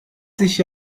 sich